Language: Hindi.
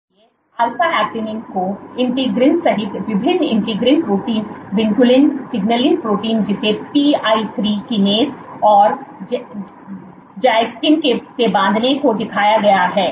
इसलिए अल्फा एक्टिनिन को इंटीग्रिंस सहित विभिन्न integrin protein vinculin signaling protein जिसे PI3 किनेस और ज़ाइक्सिन से बांधने को दिखाया गया है